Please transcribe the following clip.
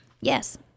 Yes